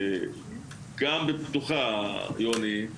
גם באוניברסיטה הפתוחה, יוני,